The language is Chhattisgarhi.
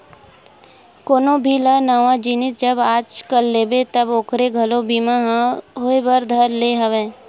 कोनो भी नवा जिनिस जब आजकल लेबे ता ओखरो घलो बीमा होय बर धर ले हवय